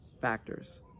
factors